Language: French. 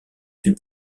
fut